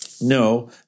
No